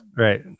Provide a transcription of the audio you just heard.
right